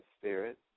spirit